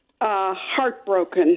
heartbroken